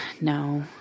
no